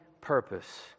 purpose